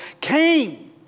Cain